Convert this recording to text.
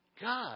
God